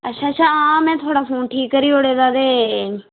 अच्छा अच्छा हां मै थुआढ़ा फोन ठीक करी ओड़े दा ते